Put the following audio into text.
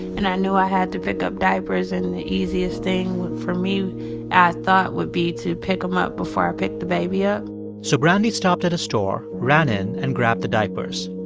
and i knew i had to pick up diapers, and the easiest thing for me i thought would be to pick them up before i picked the baby up so brandy stopped at a store, ran in and grabbed the diapers.